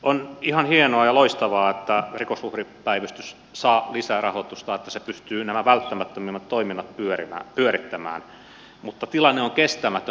on ihan hienoa ja loistavaa että rikosuhripäivystys saa lisärahoitusta niin että se pystyy nä mä välttämättömimmät toiminnat pyörittämään mutta tilanne on kestämätön